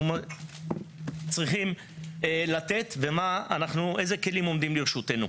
צריכים לתת ואיזה כלים עומדים לרשותנו.